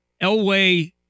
Elway